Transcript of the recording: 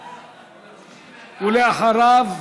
ואחריו,